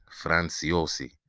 Franciosi